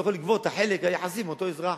יכול לגבות את החלק היחסי מאותו אזרח.